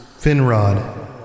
Finrod